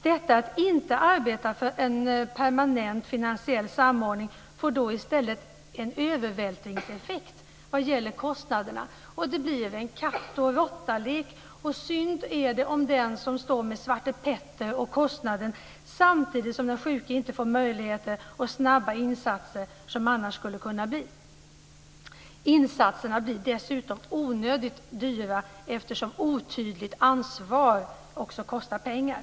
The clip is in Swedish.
Detta att inte arbeta för en permanent finansiell samordning får i stället en övervältringseffekt vad gäller kostnaderna, och det blir en katt-och-råtta-lek. Det är synd om den som står med Svarte Petter och kostnaden - samtidigt som den sjuke inte får de möjligheter och snabba insatser som han annars skulle få. Insatserna blir dessutom onödigt dyra, eftersom otydligt ansvar också kostar pengar.